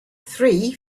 three